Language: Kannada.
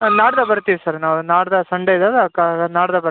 ನಾಡಿದ್ದು ಬರ್ತಿವಿ ಸರ್ ನಾವು ನಾಡಿದ್ದು ಸಂಡೆಗೆ ಅದ ಅಕ ನಾಡಿದ್ದು ಬರ್ತೀವಿ